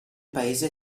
paese